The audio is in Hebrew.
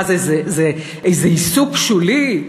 מה זה, איזה עיסוק שולי?